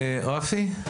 רפי?